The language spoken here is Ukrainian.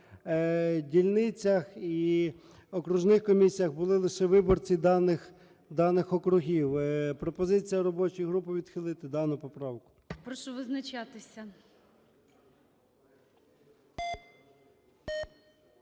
дільницях і окружних комісіях були лише виборці даних округів. Пропозиція робочої групи відхилити дану поправку.